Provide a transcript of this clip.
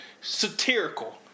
Satirical